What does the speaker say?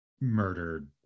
murdered